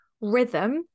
Rhythm